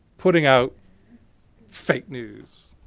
putting out fake news.